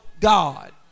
God